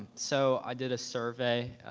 so i did a survey.